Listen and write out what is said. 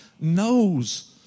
knows